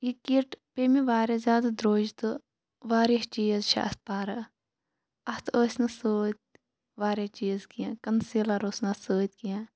یہِ کِٹ پےٚ مےٚ واریاہ زیادٕ درٛۅج تہٕ واریاہ چیٖز چھِ اتھ پَرٕ اتھ ٲسۍ نہٕ سۭتۍ واریاہ چیٖز کیٚنٛہہ کَنسیٚلَر اوس نہٕ اتھ سۭتۍ کیٚنٛہہ